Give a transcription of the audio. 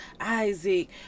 Isaac